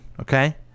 Okay